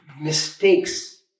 mistakes